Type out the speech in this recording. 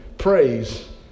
praise